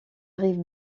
rive